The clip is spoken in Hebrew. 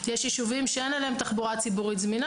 יש יישובים שאין אליהם תחבורה ציבורית זמינה